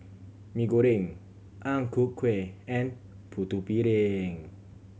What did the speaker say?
Mee Goreng Ang Ku Kueh and Putu Piring